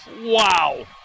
Wow